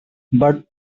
but